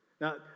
Now